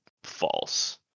false